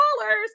dollars